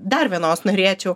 dar vienos norėčiau